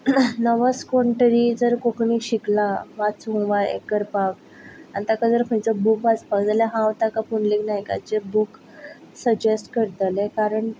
नवोच कोण तरी जर कोंकणी शिकला वाचूंक वा हें करपाक आनी ताका जर बूक वाचपाक जाय जाल्यार हांव ताका पुंडलीक नायकाचे बूक सजेश्ट करतलें कारण